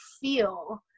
feel